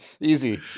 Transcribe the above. Easy